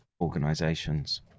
organizations